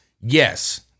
yes